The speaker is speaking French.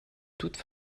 toute